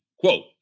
Quote